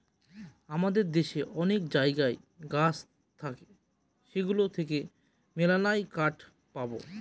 আমাদের দেশে অনেক জায়গায় গাছ থাকে সেগুলো থেকে মেললাই কাঠ পাবো